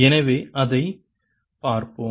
எனவே அதைப் பார்ப்போம்